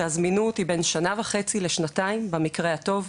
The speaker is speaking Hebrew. שהזמינות היא בין שנה וחצי לשנתיים במקרה הטוב,